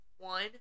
One